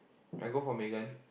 I go for Megan